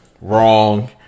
Wrong